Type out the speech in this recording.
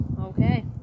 Okay